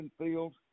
Fields